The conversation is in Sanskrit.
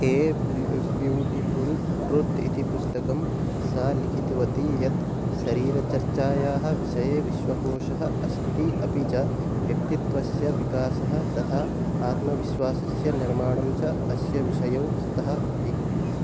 ते ब्लु ब्यूटिफ़ुल् ट्रुत् इति पुस्तकं सा लिखितवती यत् शरीरचर्चायाः विषये विश्वकोषः अस्ति अपि च व्यक्तित्वस्य विकासः तथा आत्मविश्वासस्य निर्माणं च अस्य विषयौ स्तः इति